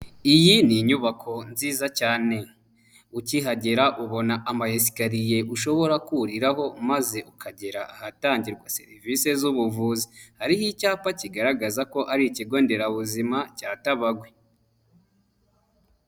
Iyi ni inyubako nziza cyane, ukihagera ubona amasikariye ushobora kuriho maze ukagera ahatangirwa serivisi z'ubuvuzi, hariho icyapa kigaragaza ko ari ikigo nderabuzima cya Tabagwe.